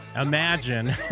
Imagine